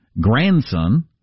Grandson